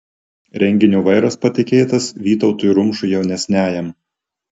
renginio vairas patikėtas vytautui rumšui jaunesniajam